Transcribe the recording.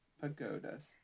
pagodas